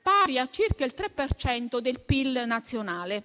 pari a circa il 3 per cento del PIL nazionale.